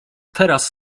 teraz